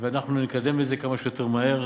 ואנחנו נקדם את זה כמה שיותר מהר.